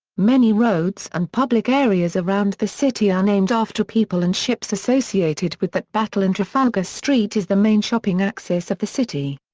many roads and public areas around the city are named after people and ships associated with that battle and trafalgar street is the main shopping axis of the city.